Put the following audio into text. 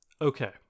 okay